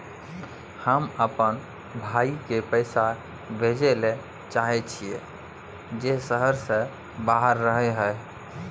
हम अपन भाई के पैसा भेजय ले चाहय छियै जे शहर से बाहर रहय हय